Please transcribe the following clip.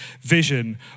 vision